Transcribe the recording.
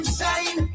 shine